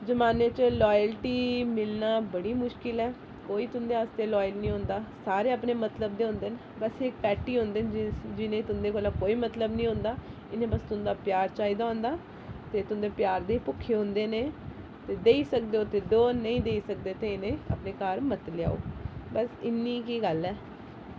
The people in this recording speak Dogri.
जमाने च लायल्टी मिलना बड़ी मुश्किल ऐ कोई तुं'दे आस्तै लायल नी होंदा सारे अपने मतलब दे होंदे न बस इक पैट ही होंदे न जिने तुं'दे कोला कोई मतलब नी होंदा इ'नें बस तुं'दा प्यार चाहिदा होंदा ते तुं'दे प्यार दे भुक्खे होंदे न ऐ ते देई सकदे ते देओ नेईं देई सकदे ते इ'नेंगी अपने घर मत लेआओ बस इन्नी गै गल्ल ऐ